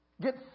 Get